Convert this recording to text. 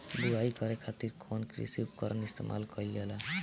बुआई करे खातिर कउन कृषी उपकरण इस्तेमाल कईल जाला?